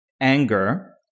anger